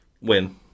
Win